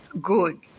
good